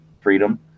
freedom